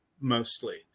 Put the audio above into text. mostly